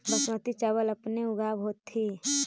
बासमती चाबल अपने ऊगाब होथिं?